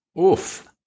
Oof